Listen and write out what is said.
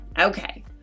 Okay